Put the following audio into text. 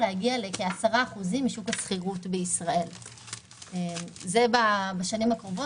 להגיע לכ-10% משוק השכירות בישראל בשנים הקרובות,